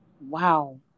Wow